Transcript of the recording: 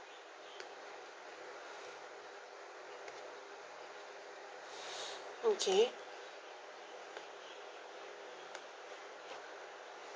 okay